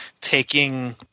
taking